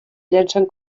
llencen